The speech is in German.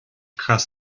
krass